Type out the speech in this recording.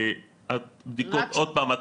עוד פעם,